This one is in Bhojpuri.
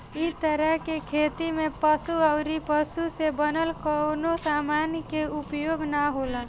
इ तरह के खेती में पशु अउरी पशु से बनल कवनो समान के उपयोग ना होला